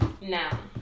Now